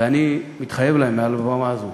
ואני מתחייב להם מעל הבמה הזאת